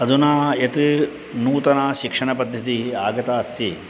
अधुना यत् नूतना शिक्षणपद्धतिः आगता अस्ति